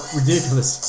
ridiculous